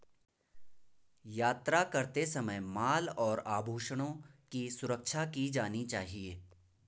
यात्रा करते समय माल और आभूषणों की सुरक्षा की जानी चाहिए